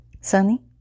Sunny